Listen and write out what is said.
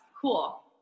cool